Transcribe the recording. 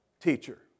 teacher